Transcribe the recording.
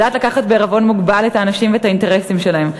ולדעת לקחת בעירבון מוגבל את האנשים ואת האינטרסים שלהם.